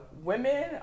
Women